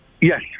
Yes